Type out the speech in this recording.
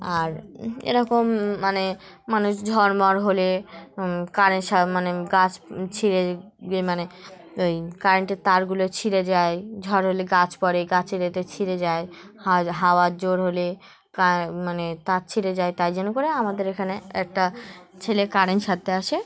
আর এরকম মানে মানুষ ঝড়মড় হলে কারেন্ট সা মানে গাছ ছিঁড়ে গিয়ে মানে ওই কারেন্টের তারগুলো ছিঁড়ে যায় ঝড় হলে গাছ পড়ে গাছের এতে ছিঁড়ে যায় হা হাওয়ার জোর হলে কা মানে তার ছিঁড়ে যায় তাই জন্য করে আমাদের এখানে একটা ছেলে কারেন্ট সারতে আসে